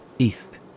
East